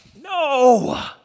no